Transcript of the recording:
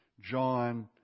John